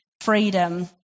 freedom